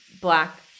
black